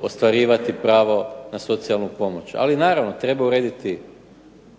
ostvarivati pravo na socijalnu pomoć. Ali naravno treba urediti